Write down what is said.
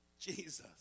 Jesus